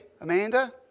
Amanda